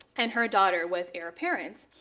and her daughter was heir apparent.